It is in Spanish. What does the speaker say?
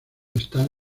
están